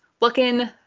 looking